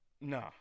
Nah